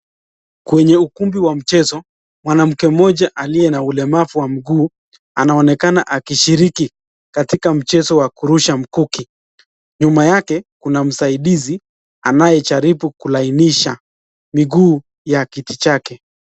Kwenye ukumbi wa michezo, mwanamke mmoja aliye na ulemavu wa mguu anaonekana akishiriki katika mchezo wa kurusha mkuki. Nyuma yake kuna msaidizi anayejaribu kulainisha miguu ya kiti chake.